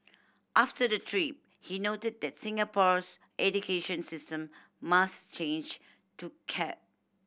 after the trip he noted that Singapore's education system must change to keep